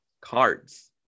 Cards